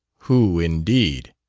who, indeed?